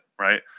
right